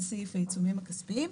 זה סעיף העיצומים הכספיים.